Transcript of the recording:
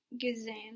gesehen